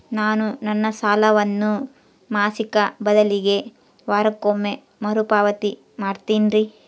ನಾನು ನನ್ನ ಸಾಲವನ್ನು ಮಾಸಿಕ ಬದಲಿಗೆ ವಾರಕ್ಕೊಮ್ಮೆ ಮರುಪಾವತಿ ಮಾಡ್ತಿನ್ರಿ